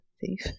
thief